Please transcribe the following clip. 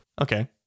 Okay